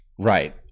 Right